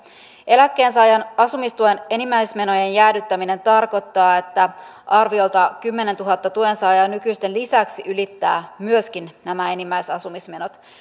eläkkeensaajan asumistuen enimmäismenojen jäädyttäminen tarkoittaa että arviolta kymmenentuhatta tuensaajaa nykyisten lisäksi ylittää myöskin nämä enimmäisasumismenot